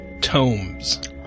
tomes